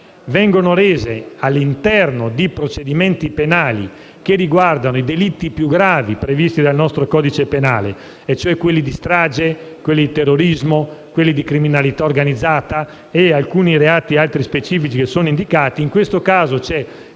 vengono rese all'interno di procedimenti penali che riguardano i delitti più gravi previsti dal nostro codice penale, e cioè quelli di strage, di terrorismo, di criminalità organizzata e alcuni altri specifici reati indicati. In questo caso, c'è